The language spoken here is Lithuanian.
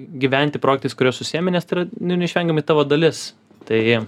gyventi projektais kuriais užsiimi nes tai yra nu neišvengiamai tavo dalis tai